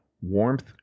warmth